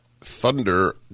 Thunder